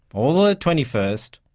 or the twenty first,